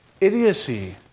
idiocy